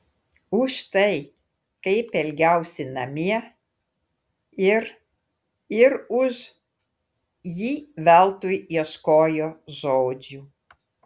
už tai kaip elgiausi namie ir ir už ji veltui ieškojo žodžių